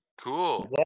Cool